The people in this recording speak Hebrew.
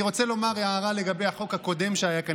אני רוצה לומר הערה לגבי החוק הקודם שהיה כאן,